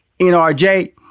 NRJ